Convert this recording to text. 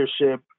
leadership